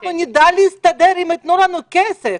אנחנו נדע להסתדר אם יתנו לנו כסף.